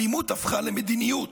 האלימות הפכה למדיניות,